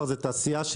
אנחנו נגיש מסמך מסודר,